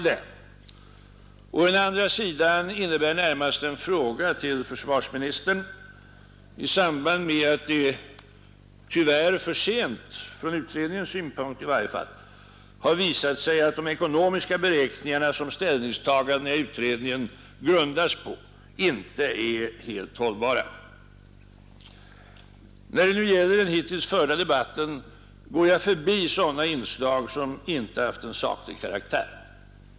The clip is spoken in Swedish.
Den andra sidan innebär närmast en fråga till försvarsministern i samband med att det — tyvärr för sent, i varje fall från utredningens synpunkt — har visat sig att de ekonomiska beräkningar som ställningstagandena i utredningen grundas på inte är helt hållbara. Vad gäller den hittills förda debatten går jag förbi sådana inslag som inte haft saklig karaktär.